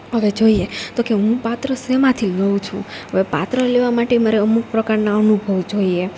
હવે જોઈએ તો કે હું પાત્ર શેમાંથી લઉં છું હવે પાત્ર લેવા માટે મારે અમુક પ્રકારના અનુભવ જોઈએ